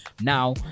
now